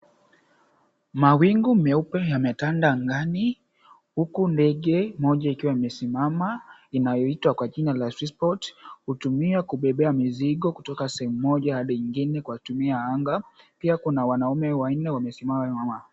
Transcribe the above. Mawingu meupe yametanda angani huku ndege Moja ikiwa imesimama inayoitwa kwa jina la Fishport inatumiwa kubeba mizigo kutoka pande Moja hadi nyingine kwa kutumia anga, pia kuna wanaume wanne wamesimama nyuma.